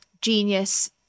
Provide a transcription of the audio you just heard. genius